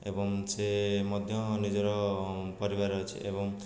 ଏବଂ ସେ ମଧ୍ୟ ନିଜର ପରିବାର ଅଛି ଏବଂ